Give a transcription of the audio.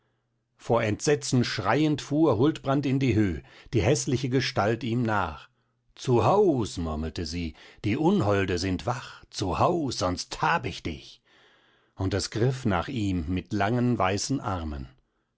vor entsetzen schreiend fuhr huldbrand in die höh die häßliche gestalt ihm nach zu haus murmelte sie die unholde sind wach zu haus sonst hab ich dich und es griff nach ihm mit langen weißen armen